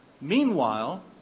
Meanwhile